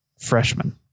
Freshman